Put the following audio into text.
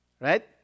Right